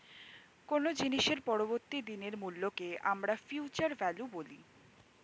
কোনো জিনিসের পরবর্তী দিনের মূল্যকে আমরা ফিউচার ভ্যালু বলি